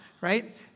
right